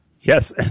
Yes